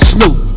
Snoop